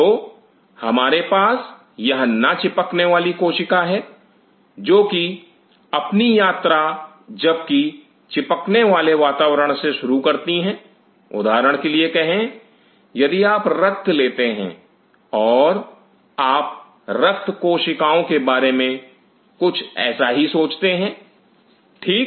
तो हमारे पास यह ना चिपकने वाली कोशिका है जो कि अपनी यात्रा जबकि चिपकने वाले वातावरण से शुरू करती हैं उदाहरण के लिए कहें यदि आप रक्त लेते हैं और आप रक्त कोशिकाओं के बारे में कुछ ऐसा ही सोचते हैं ठीक